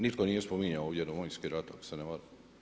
Nitko nije spominjao ovdje Domovinski rat, ako se ne varam.